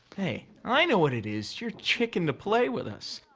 hey, i know what it is. you're chicken to play with us.